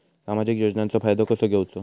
सामाजिक योजनांचो फायदो कसो घेवचो?